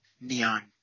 neon